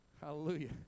Hallelujah